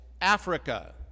Africa